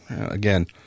again